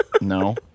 No